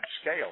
scale